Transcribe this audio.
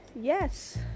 Yes